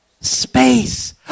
space